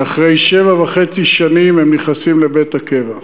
שאחרי שבע וחצי שנים הם נכנסים לבית הקבע.